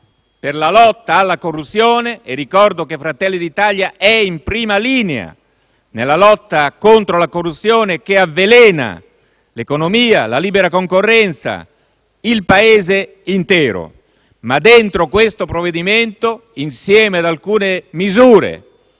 per la lotta alla corruzione. Ricordo che Fratelli d'Italia è in prima linea nella lotta contro la corruzione che avvelena l'economia, la libera concorrenza e il Paese intero. Esso contiene, inoltre, alcune misure